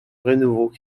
renouveau